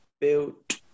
built